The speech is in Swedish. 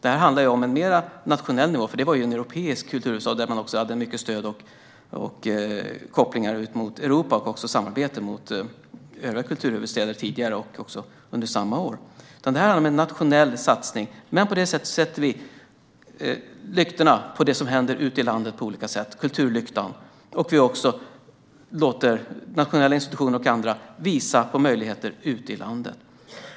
Detta handlar om en mer nationell nivå. Umeå var en europeisk kulturhuvudstad, där man hade mycket stöd och kopplingar ute i Europa och även samarbete med tidigare kulturhuvudstäder, också under samma år. Detta handlar om en nationell satsning. På det viset riktar vi kulturlyktan mot det som händer ute i landet på olika sätt. Vi låter nationella och andra institutioner visa på möjligheter ute i landet.